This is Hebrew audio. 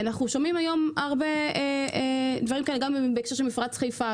אנחנו שומעים היום הרבה דברים כאלה גם בהקשר של מפרץ חיפה,